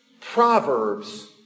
Proverbs